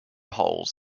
holes